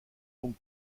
donc